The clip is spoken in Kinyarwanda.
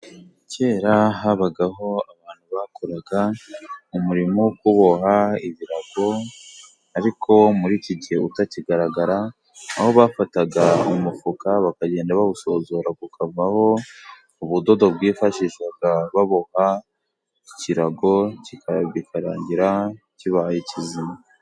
Kera habagaho abantu bakoraga umurimo wo kuboha ibirago ariko muri iki gihe utakigaragara, aho bafataga mu mufuka bakagenda bawusozora ukavaho ubudodo bwifashishwaga baboha ikirago bikarangira kibaye kizima.